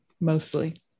Mostly